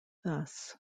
thus